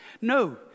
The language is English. no